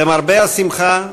למרבה השמחה,